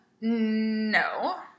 no